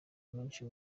menshi